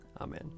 Amen